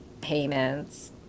payments